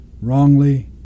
wrongly